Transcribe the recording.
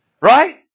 Right